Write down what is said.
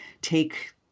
take